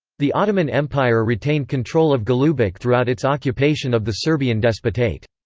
the ottoman empire retained control of golubac throughout its occupation of the serbian despotate.